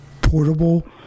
portable